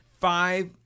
five